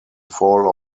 fall